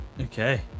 Okay